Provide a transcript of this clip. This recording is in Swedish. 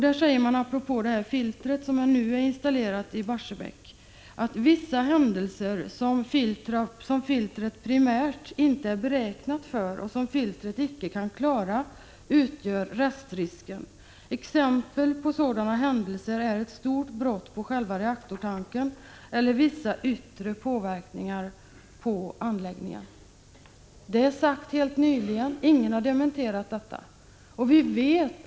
Där säger man apropå filtret, att vissa händelser som filtret primärt inte är beräknat för och inte kan klara utgör restrisker. Exempel på sådana händelser är ett stort brott på själva reaktortanken eller vissa yttre påverkningar på anläggningen. Ingen har dementerat det påståendet.